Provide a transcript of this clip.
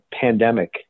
pandemic